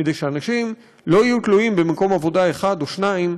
כדי שאנשים לא יהיו תלויים במקום עבודה אחד או שניים,